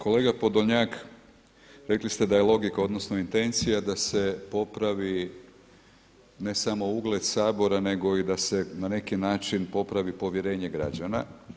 Kolega Podolnjak, rekli ste da je logika, odnosno intencija da se popravi ne samo ugled Sabora nego i da se na neki način popravi povjerenje građana.